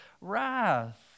wrath